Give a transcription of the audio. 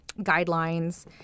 guidelines